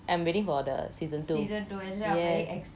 I'm waiting for the season two ya